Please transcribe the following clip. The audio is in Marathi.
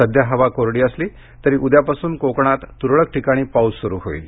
सध्या हवा कोरडी सली तरी उद्यापासून कोकणात तुरळक ठिकाणी पाऊस सुरू होईल